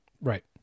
Right